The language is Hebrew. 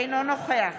אינו נוכח